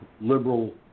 liberal